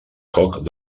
coc